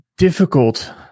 difficult